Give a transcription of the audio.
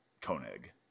Koenig